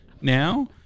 now